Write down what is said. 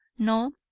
no,